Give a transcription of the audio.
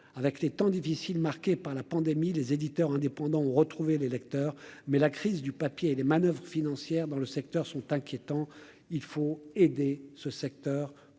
avec les temps difficiles marquées par la pandémie, les éditeurs indépendants ont retrouvé les Lecteurs, mais la crise du papier et des manoeuvres financières dans le secteur sont inquiétants, il faut aider ce secteur plus